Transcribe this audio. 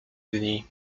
dni